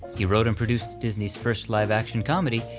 he wrote and produced disney's first live-action comedy,